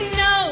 no